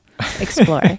Explore